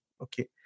okay